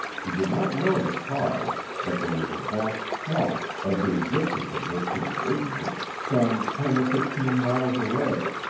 he did not know the cause, but there was a vast swamp, of the existence of which he was ignorant, some ten or fifteen miles away,